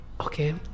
okay